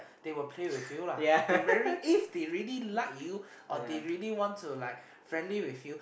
they will play with you lah they very if they really like you or they really want to like friendly with you